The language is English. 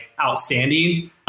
outstanding